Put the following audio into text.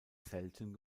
selten